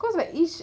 cause like each